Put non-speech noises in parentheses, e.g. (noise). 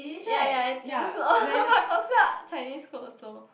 ya ya I think so (laughs) but got sell Chinese clothes also